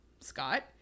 scott